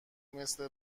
مثل